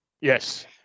Yes